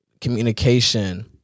communication